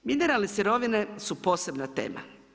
Mineralne sirovine su posebna tema.